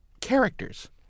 characters